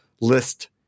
list